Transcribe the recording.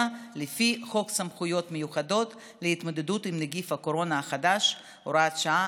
לפי חוק סמכויות מיוחדות להתמודדות עם נגיף הקורונה החדש (הוראת שעה),